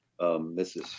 Mrs